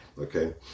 okay